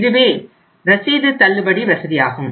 இதுவே ரசீது தள்ளுபடி வசதியாகும்